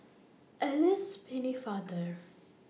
Alice Pennefather